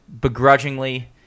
begrudgingly